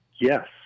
Yes